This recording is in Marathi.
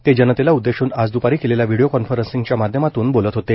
ते जनतेला उद्देशून आज द्रपारी केलेल्या व्हिडिओ कॉन्फरन्सिंगच्या माध्यमातून बोलत होते